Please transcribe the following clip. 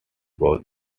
both